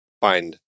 find